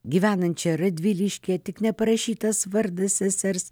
gyvenančią radviliškyje tik neparašytas vardas sesers